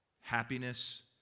Happiness